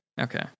okay